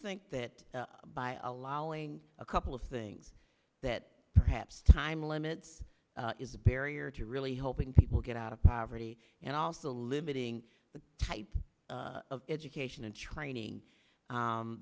think that by allowing a couple of things that perhaps time limits is a barrier to really hoping people get out of poverty and also limiting the type of education and training